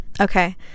okay